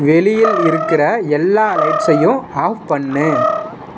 வெளியில் இருக்கிற எல்லா லைட்ஸையும் ஆஃப் பண்ணு